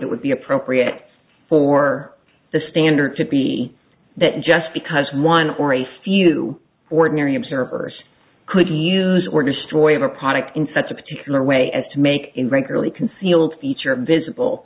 it would be appropriate for the standard to be that just because one or a few ordinary observers could use or destroy their product in such a particular way as to make in regularly concealed feature visible